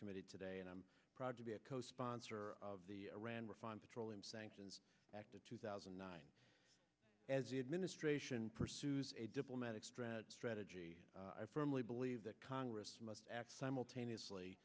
committee today and i'm proud to be a co sponsor of the iran refined petroleum sanctions act of two thousand and nine as the administration pursues a diplomatic strategy strategy i firmly believe that congress must act simultaneously